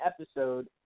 episode